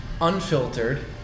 unfiltered